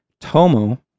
tomo